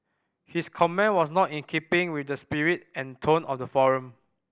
his comment was not in keeping with the spirit and tone of the forum